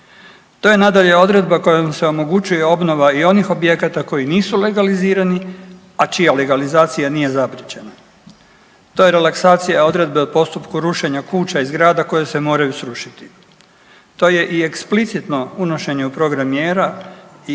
To je nadalje, odredba kojom se omogućuje obnova i onih objekata koji nisu legalizirani, a čija legalizacija nije zapriječena. To je relaksacija odredbe o postupku rušenja kuća i zgrada koje se moraju srušiti. To je i eksplicitno unošenje u program mjera i